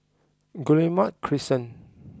Guillemard Crescent